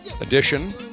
edition